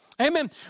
Amen